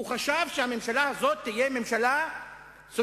הוא חשב שהממשלה הזאת תהיה ממשלה סוציאליסטית,